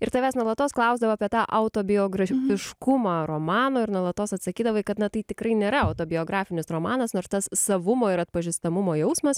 ir tavęs nuolatos klausdavo apie tą autobiografiškumą romano ir nuolatos atsakydavai kad na tai tikrai nėra autobiografinis romanas nors tas savumo ir atpažįstamumo jausmas